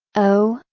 oh,